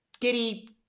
giddy